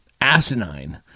asinine